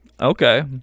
Okay